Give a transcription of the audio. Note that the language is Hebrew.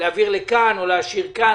להעביר לכאן או להשאיר כאן,